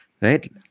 right